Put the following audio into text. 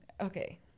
Okay